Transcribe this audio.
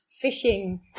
fishing